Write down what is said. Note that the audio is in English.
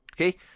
Okay